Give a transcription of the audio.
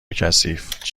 کثیف